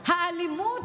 האלימות,